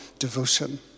Devotion